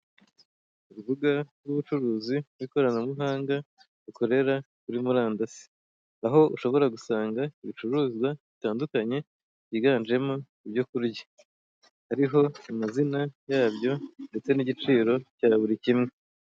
Urubuga rw'ubucuruzi rw'ikoranabuhanga rukorera muri murandasi aho ushobora gusanga ibicuruzwa bitandukanye byiganjemo ibyo kurya, hariho amazina yabyo ndetse n'igiciro cya buri kumwe.